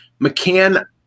McCann